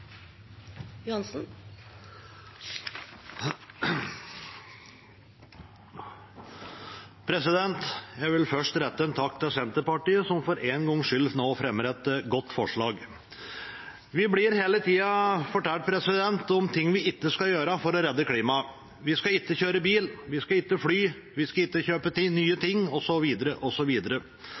Jeg vil først rette en takk til Senterpartiet som for en gangs skyld fremmer et godt forslag. Vi blir hele tida fortalt hva vi ikke skal gjøre for å redde klimaet; vi skal ikke kjøre bil, ikke fly, ikke kjøpe nye ting